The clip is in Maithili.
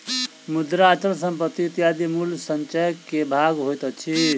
मुद्रा, अचल संपत्ति इत्यादि मूल्य संचय के भाग होइत अछि